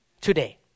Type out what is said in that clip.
today